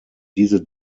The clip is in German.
diese